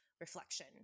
reflection